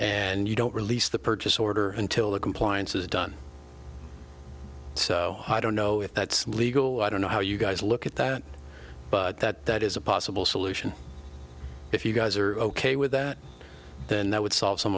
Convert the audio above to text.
and you don't release the purchase order until the compliance is done so i don't know if that's legal i don't know how you guys look at that but that that is a possible solution if you guys are ok with that then that would solve some